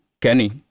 Kenny